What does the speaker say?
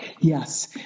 Yes